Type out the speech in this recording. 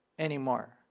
anymore